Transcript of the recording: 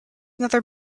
another